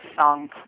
song